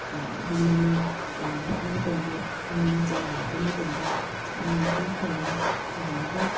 ꯌꯨꯝ ꯑꯃ ꯄꯥꯜꯂꯛꯄ ꯃꯇꯝꯗ ꯌꯨꯝ ꯑꯝ ꯆꯥꯂꯥꯏꯔꯛꯄ ꯃꯇꯝꯗ ꯆꯥꯎꯅ ꯃꯇꯦꯡ ꯄꯥꯡꯉꯤ ꯄꯥꯡꯉꯒ